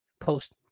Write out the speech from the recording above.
post